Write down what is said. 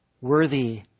Worthy